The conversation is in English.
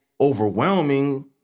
overwhelming